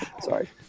sorry